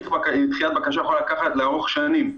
דחיית בקשה יכולה לערוך שנים.